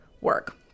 work